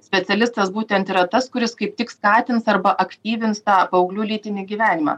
specialistas būtent yra tas kuris kaip tik skatins arba aktyvins tą paauglių lytinį gyvenimą